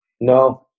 no